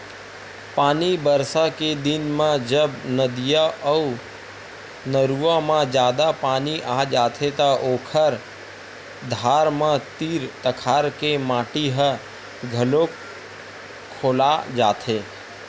पानी बरसा के दिन म जब नदिया अउ नरूवा म जादा पानी आ जाथे त ओखर धार म तीर तखार के माटी ह घलोक खोला जाथे